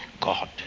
God